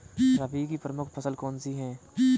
रबी की प्रमुख फसल कौन सी है?